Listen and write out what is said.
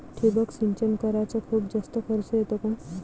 ठिबक सिंचन कराच खूप जास्त खर्च येतो का?